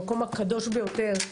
המקום הקדוש ביותר,